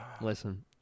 Listen